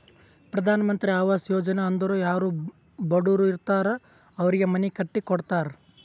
ಪ್ರಧಾನ್ ಮಂತ್ರಿ ಆವಾಸ್ ಯೋಜನಾ ಅಂದುರ್ ಯಾರೂ ಬಡುರ್ ಇರ್ತಾರ್ ಅವ್ರಿಗ ಮನಿ ಕಟ್ಟಿ ಕೊಡ್ತಾರ್